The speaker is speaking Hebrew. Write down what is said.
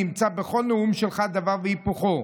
נמצא בכל נאום שלך דבר והיפוכו,